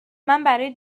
برای